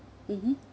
mmhmm